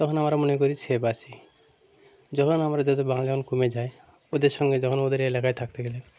তখন আমরা মনে করি সেফ আছি যখন আমরা যাতে বাাঙালি যখন কমে যাই ওদের সঙ্গে যখন ওদের এলাকায় থাকতে গেলে